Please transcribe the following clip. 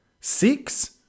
Six